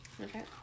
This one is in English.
Okay